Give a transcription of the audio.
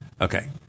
Okay